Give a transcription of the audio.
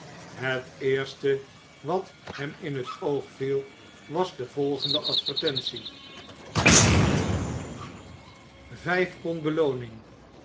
het eerste wat hem in het oog viel was de volgende advertentie vijï pond bklooning